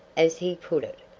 as he put it,